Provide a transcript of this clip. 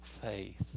faith